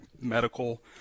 medical